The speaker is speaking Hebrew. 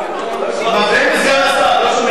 מפריעים לסגן השר, לא שומעים אותו.